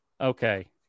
okay